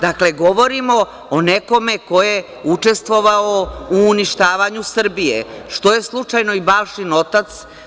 Dakle, govorimo o nekome ko je učestvovao u uništavanju Srbije, što je slučajno i Balšin otac.